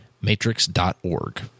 matrix.org